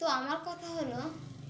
তো আমার কথা হলো